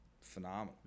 phenomenal